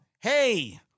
hey